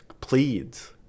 pleads